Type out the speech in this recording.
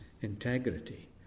integrity